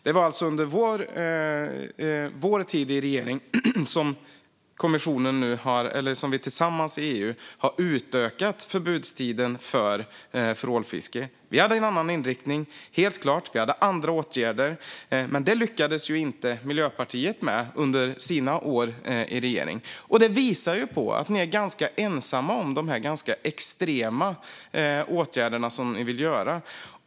Det är alltså under vår tid i regering som vi tillsammans i EU har utökat förbudstiden för ålfiske. Vi hade en annan inriktning, helt klart. Vi hade andra åtgärder. Men detta lyckades inte Miljöpartiet med under sina år i regering. Det visar på att ni är ganska ensamma om de ganska extrema åtgärder som ni vill göra.